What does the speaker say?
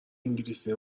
انگلیسی